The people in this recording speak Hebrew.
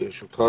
ברשותך,